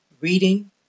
reading